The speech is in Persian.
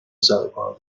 سروکار